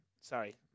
sorry